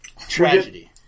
Tragedy